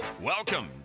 Welcome